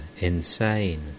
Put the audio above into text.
insane